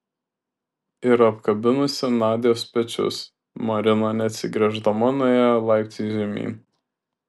ir apkabinusi nadios pečius marina neatsigręždama nuėjo laiptais žemyn